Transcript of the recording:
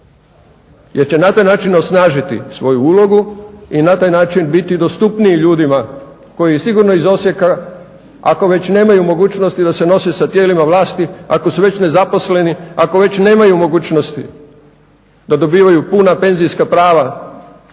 jer će na taj način osnažiti svoju ulogu i na taj način biti dostupniji ljudima koji sigurno iz Osijeka, ako već nemaju mogućnosti da se nose sa tijelima vlasti, ako su već nezaposleni, ako već nemaju mogućnosti da dobivaju puna penzijska prava